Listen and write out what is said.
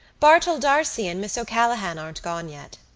bartell d'arcy and miss o'callaghan aren't gone yet.